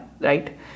Right